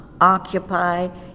occupy